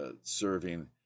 serving